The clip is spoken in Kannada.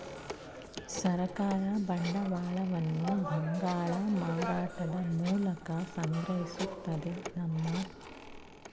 ಸರ್ಕಾರ ಬಂಡವಾಳವನ್ನು ಬಾಂಡ್ಗಳ ಮಾರಾಟದ ಮೂಲಕ ಸಂಗ್ರಹಿಸುತ್ತದೆ ನಮ್ಮ